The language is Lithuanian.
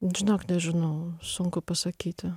žinok nežinau sunku pasakyti